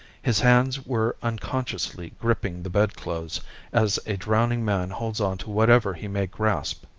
his hands were unconsciously gripping the bedclothes as a drowning man holds on to whatever he may grasp.